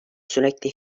sürekli